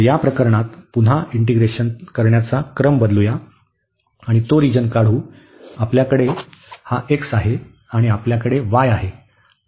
तर या प्रकरणात पुन्हा इंटीग्रेशन करण्याचा क्रम बदलू या आणि तो रिजन काढू आणि आपल्याकडे हा x आहे आणि आपल्याकडे y आहे